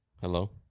hello